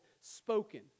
spoken